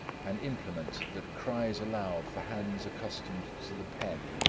an implement that cries aloud for hands accustomed to the pen.